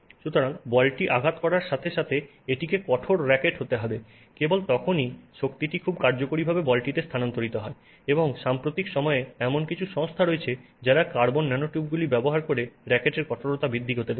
সুতরাং বলটিকে আঘাত করার সাথে এটিকে একটি কঠোর রাকেট হতে হবে কেবল তখনই শক্তিটি খুব কার্যকরীভাবে বলটিতে স্থানান্তরিত হয় এবং সাম্প্রতিক সময়ে এমন কিছু সংস্থা রয়েছে যারা কার্বন ন্যানোটুবগুলি ব্যবহার করে রাকেটের কঠোরতা বৃদ্ধি হতে দেখেছে